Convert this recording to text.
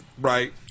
Right